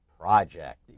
project